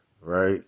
right